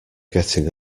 getting